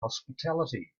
hospitality